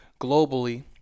globally